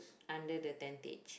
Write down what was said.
under the tentage